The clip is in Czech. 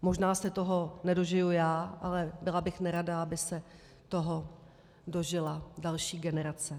Možná se toho nedožiju já, ale byla bych nerada, aby se toho dožila další generace.